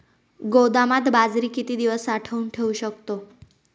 गोदामात बाजरी किती दिवस साठवून ठेवू शकतो?